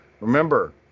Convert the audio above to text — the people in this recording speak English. Remember